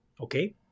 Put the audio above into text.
Okay